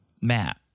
Matt